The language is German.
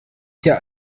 hier